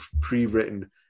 pre-written